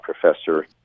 professor